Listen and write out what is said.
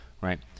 right